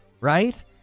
right